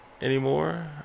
anymore